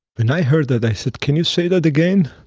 when i heard that, i said, can you say that again?